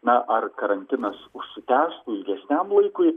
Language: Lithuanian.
na ar karantinas užsitęstų ilgesniam laikui